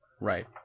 Right